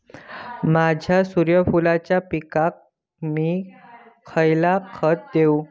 माझ्या सूर्यफुलाच्या पिकाक मी खयला खत देवू?